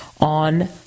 on